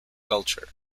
culture